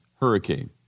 hurricane